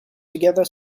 together